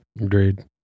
Agreed